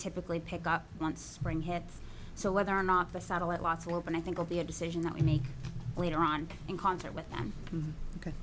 typically pick up on spring hits so whether or not the satellite lots of open i think will be a decision that we make later on in concert with them because